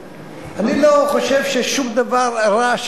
חושב ששום דבר רע.